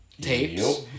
tapes